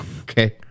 Okay